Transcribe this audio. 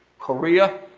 korea,